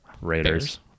Raiders